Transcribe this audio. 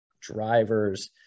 drivers